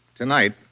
Tonight